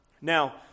Now